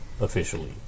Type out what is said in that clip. officially